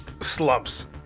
slumps